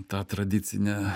tą tradicinę